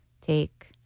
take